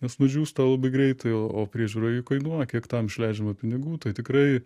nes nudžiūsta labai greitai o priežiūra jų kainuoja kiek tam išleidžiama pinigų tai tikrai